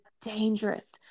dangerous